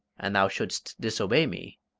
and thou shouldst disobey me,